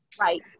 Right